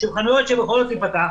כחנויות שיכולות להיפתח.